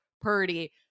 Purdy